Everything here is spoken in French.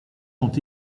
sont